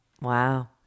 Wow